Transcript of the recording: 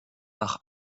par